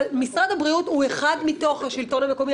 אבל משרד הבריאות הוא אחד מתוך השלטון המקומי.